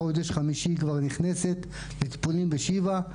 בחודש חמישי היא כבר נכנסת לטיפולים בשיבא.